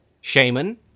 Shaman